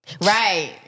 Right